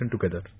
together